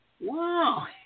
Wow